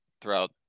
throughout